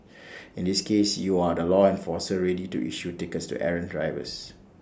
in this case you are the law enforcer ready to issue tickets to errant drivers